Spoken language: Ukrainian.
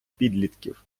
підлітків